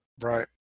Right